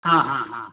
हा हा हा